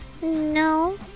No